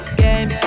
game